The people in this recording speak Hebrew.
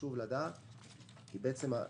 חשוב לדעת את זה,